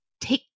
take